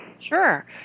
sure